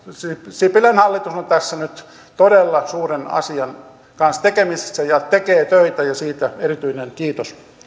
sipilän hallitus on tässä nyt todella suuren asian kanssa tekemisissä ja tekee töitä ja siitä erityinen kiitos